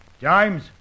James